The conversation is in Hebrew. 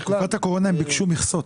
בתחילת הקורונה הם ביקשו מכסות.